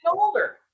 older